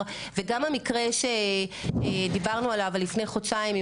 וגם המקרה שדיברנו עליו לפני חודשיים,